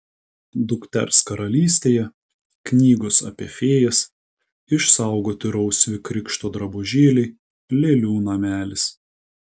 dukters karalystėje knygos apie fėjas išsaugoti rausvi krikšto drabužėliai lėlių namelis